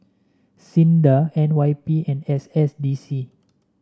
SINDA N Y P and S S D C